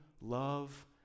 love